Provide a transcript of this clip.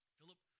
Philip